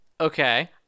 Okay